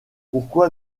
pourquoi